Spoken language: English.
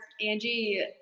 Angie